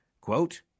quote